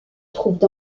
trouvent